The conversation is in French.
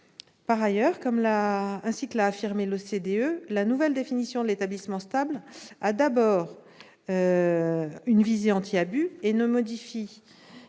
Par ailleurs, comme l'a affirmé l'OCDE, la nouvelle définition de l'établissement stable a d'abord une visée anti-abus et ne modifie